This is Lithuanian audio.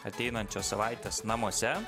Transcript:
ateinančios savaitės namuose